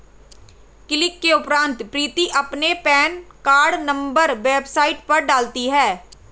click के उपरांत प्रीति अपना पेन कार्ड नंबर वेबसाइट पर डालती है